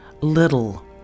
little